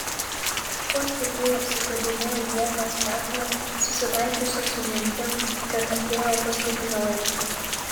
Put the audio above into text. kuo stipriau apsikabinu ieties kaklą susitaikiusi su mintim kad atėjo paskutinioji